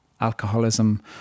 alcoholism